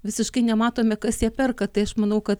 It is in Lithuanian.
visiškai nematome kas ją perka tai aš manau kad